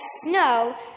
snow